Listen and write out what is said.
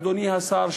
אדוני השר,